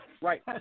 right